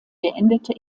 beendete